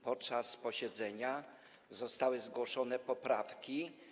Podczas posiedzenia zostały zgłoszone poprawki.